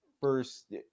first –